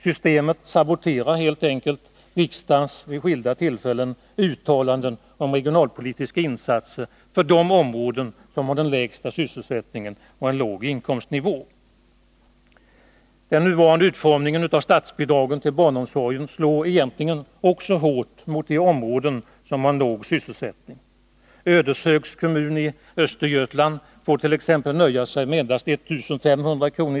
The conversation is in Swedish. Systemet saboterar helt enkelt riksdagens — vid skilda tillfällen — gjorda uttalanden om regionalpolitiska insatser för de områden som har den lägsta sysselsättningen och en låg inkomstnivå. Den nuvarande utformningen av statsbidragen till barnomsorgen slår egentligen också hårt mot de områden som har en låg sysselsättning. Ödeshögs kommun i Östergötland får t.ex. nöja sig med endast 1 500 kr.